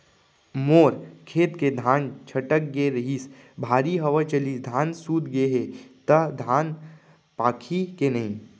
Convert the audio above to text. मोर खेत के धान छटक गे रहीस, भारी हवा चलिस, धान सूत गे हे, त धान पाकही के नहीं?